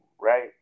right